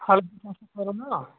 ହଳଦୀ କରୁନ